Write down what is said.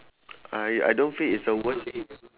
I I don't feel is a worst